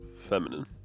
feminine